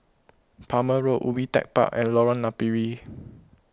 Palmer Road Ubi Tech Park and Lorong Napiri